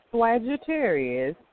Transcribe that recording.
Sagittarius